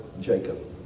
Jacob